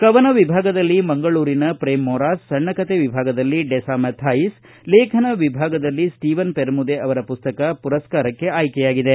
ಕವನ ವಿಭಾಗದಲ್ಲಿ ಮಂಗಳೂರಿನ ಪ್ರೇಮ್ ಮೊರಾಸ್ ಸಣ್ಣ ಕತೆ ವಿಭಾಗದಲ್ಲಿ ಡೆಸಾ ಮಥಾಯಸ್ ಲೇಖನ ವಿಭಾಗದಲ್ಲಿ ಸ್ವೀವನ್ ಪೆರ್ಮುದೆ ಪುಸ್ತಕ ಪುರಸ್ಕಾರಕ್ಕೆ ಆಯ್ಕೆಯಾಗಿದ್ದಾರೆ